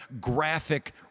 graphic